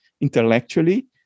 intellectually